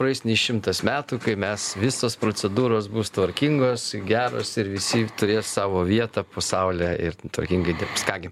praeis šimtas metų kai mes visos procedūros bus tvarkingos geros ir visi turės savo vietą pasaulyje ir tvarkingai dirbs ką gi